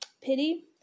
Pity